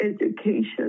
education